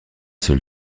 seul